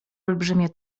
olbrzymie